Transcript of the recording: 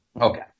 Okay